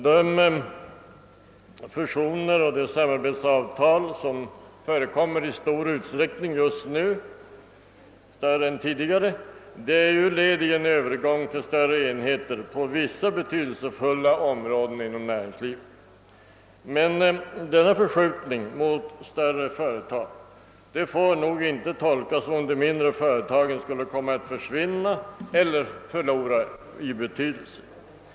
De fusioner och de samarbetsavtal som förekommer i stor utsträckning just nu, i större utsträckning än tidigare, är ju led i en övergång till större enheter på vissa betydelsefulla områden inom näringslivet. Men denna förskjutning mot större företag får inte tolkas som om de mindre företagen skulle komma att försvinna eller förlora i betydelse.